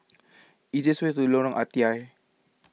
is the easiest way to Lorong Ah Thia